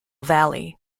valley